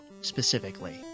specifically